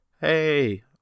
hey